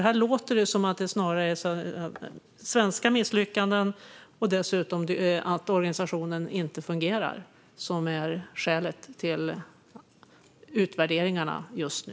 Här låter det som att det snarare är svenska misslyckanden och dessutom att organisationen inte fungerar som är skälet till utvärderingarna just nu.